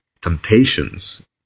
temptations